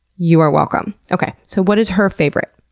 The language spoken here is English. you are welcome. okay, so what is her favorite?